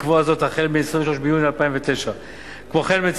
ולקבוע זאת החל מ-23 ביוני 2009. כמו כן,